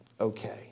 okay